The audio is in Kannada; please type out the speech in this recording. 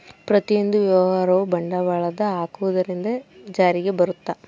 ಪ್ರತಿಯೊಂದು ವ್ಯವಹಾರವು ಬಂಡವಾಳದ ಹಾಕುವುದರಿಂದ ಜಾರಿಗೆ ಬರುತ್ತ